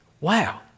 Wow